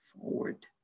forward